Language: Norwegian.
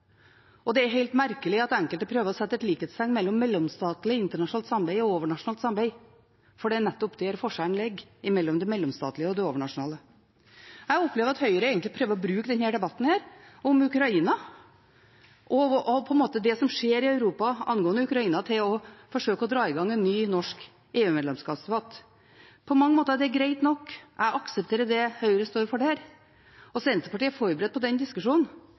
Det er helt merkelig at enkelte prøver å sette et likhetstegn mellom mellomstatlig internasjonalt samarbeid og overnasjonalt samarbeid, for det er nettopp der forskjellen ligger – mellom det mellomstatlige og det overnasjonale. Jeg opplever at Høyre egentlig prøver å bruke denne debatten om Ukraina, og på en måte det som skjer i Europa angående Ukraina, til å forsøke å dra i gang en ny norsk EU-medlemskapsdebatt. På mange måter er det greit nok. Jeg aksepterer det Høyre står for der, og Senterpartiet er forberedt på den diskusjonen.